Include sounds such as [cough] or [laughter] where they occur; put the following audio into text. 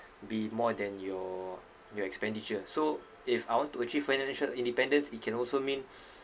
be more than your your expenditure so if I want to achieve financial independence it can also mean [breath]